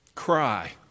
cry